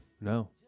No